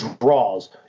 draws